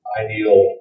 ideal